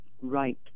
Right